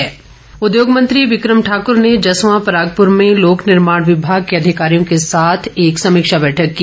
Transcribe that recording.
बिक्रम ठाकुर उद्योग मंत्री बिक्रम ठाक्र ने जसवां परागपुर में लोक निर्माण विभाग के अधिकारियों के साथ एक समीक्षा बैठक की